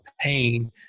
pain